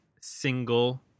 single